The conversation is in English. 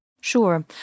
Sure